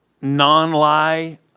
non-lie